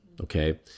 Okay